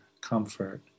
comfort